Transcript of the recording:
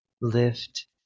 lift